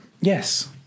Yes